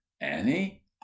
annie